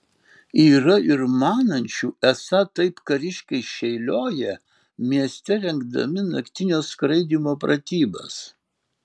yra ir manančių esą taip kariškiai šėlioja mieste rengdami naktinio skraidymo pratybas